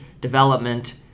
development